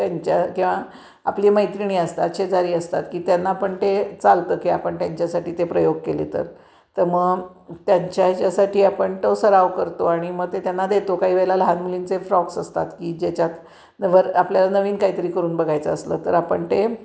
त्यांच्या किंवा आपली मैत्रिणी असतात शेजारी असतात की त्यांना पण ते चालतं की आपण त्यांच्यासाठी ते प्रयोग केले तर त मग त्यांच्या ह्याच्यासाठी आपण तो सराव करतो आणि मग ते त्यांना देतो काही वेळेला लहान मुलींचे फ्रॉक्स असतात की ज्याच्यात वर आपल्याला नवीन काहीतरी करून बघायचं असलं तर आपण ते